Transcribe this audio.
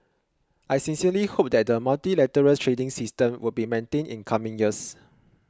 I sincerely hope that the multilateral trading system would be maintained in coming years